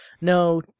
no